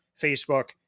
Facebook